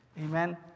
Amen